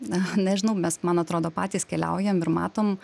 na nežinau mes man atrodo patys keliaujam ir matom